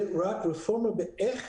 זה רק רפורמה באיך